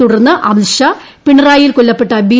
തുടർന്ന് അമിത്ഷാ പിണറായിയിൽ കൊല്ലപ്പെട്ട ബി